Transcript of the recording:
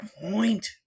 point